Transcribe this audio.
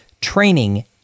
training